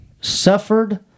suffered